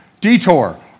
detour